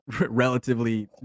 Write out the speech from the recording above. relatively